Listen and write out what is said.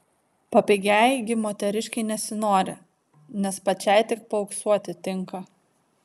papigiai gi moteriškei nesinori nes pačiai tik paauksuoti tinka